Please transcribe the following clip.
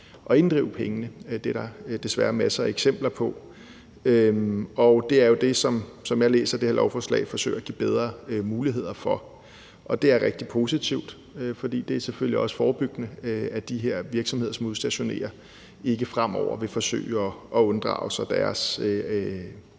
at inddrive pengene. Det er der desværre masser af eksempler på. Det er jo det, som det her lovforslag, sådan som jeg læser det, forsøger at give bedre muligheder for, og det er rigtig positivt, for det er selvfølgelig også forebyggende, i forhold til at de her virksomheder, som udstationerer, ikke fremover vil forsøge at unddrage sig de